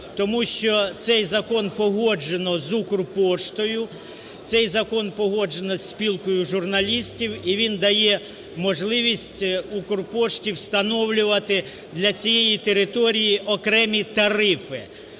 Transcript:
тому що цей закон погоджено з "Укрпоштою", цей закон погоджено із Спілкою журналістів, і він дає можливість "Укрпошті" встановлювати для цієї території окремі тарифи.